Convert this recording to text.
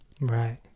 Right